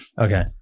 Okay